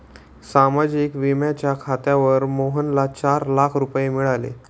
सामाजिक विम्याच्या खात्यावर मोहनला चार लाख रुपये मिळाले